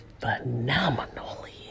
phenomenally